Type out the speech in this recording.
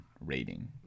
rating